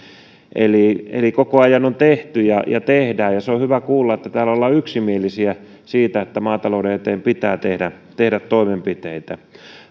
eli eli koko ajan on tehty ja ja tehdään se on hyvä kuulla että täällä ollaan yksimielisiä siitä että maatalouden eteen pitää tehdä tehdä toimenpiteitä